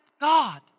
God